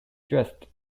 dressed